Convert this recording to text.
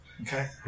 okay